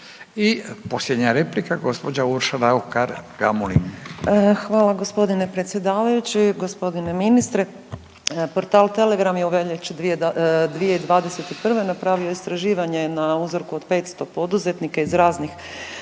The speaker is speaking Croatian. I posljednja replika gospođa Urša Raukar Gamulin. **Raukar-Gamulin, Urša (Možemo!)** Hvala gospodine predsjedavajući. Gospodine ministre portal Telegram je u veljači 2021. napravio istraživanje na uzorku od 500 poduzetnika iz raznih